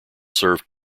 serve